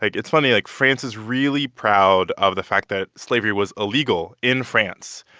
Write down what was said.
like it's funny like, france is really proud of the fact that slavery was illegal in france,